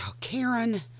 Karen